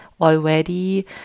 already